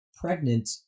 pregnant